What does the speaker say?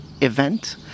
event